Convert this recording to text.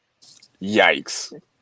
Yikes